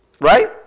right